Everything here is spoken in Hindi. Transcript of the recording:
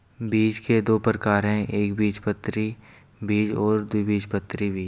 बीज के दो प्रकार है एकबीजपत्री बीज और द्विबीजपत्री बीज